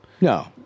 No